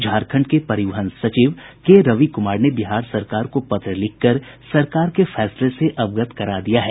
झारखंड के परिवहन सचिव के रवि कुमार ने बिहार सरकार को पत्र लिखकर सरकार के फैसले से अवगत करा दिया है